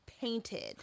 painted